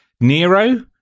nero